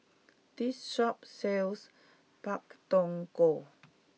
this shop sells Pak Thong Ko